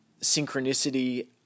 synchronicity